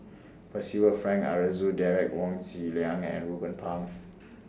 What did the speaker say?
Percival Frank Aroozoo Derek Wong Zi Liang and Ruben Pang